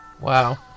wow